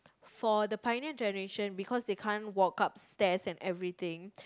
for the primate generation because they can't walk up stares and everything